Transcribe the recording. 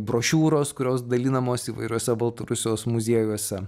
brošiūros kurios dalinamos įvairiuose baltarusijos muziejuose